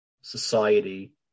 society